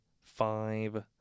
five